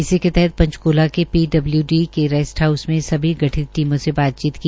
इसी के तहत पंचकूला के पी डब्ल् डी के रेस्ट हाउस में सभी गठित टीमों से बातचीत की